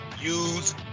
use